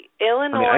Illinois